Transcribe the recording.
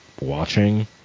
watching